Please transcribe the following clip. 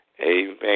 Amen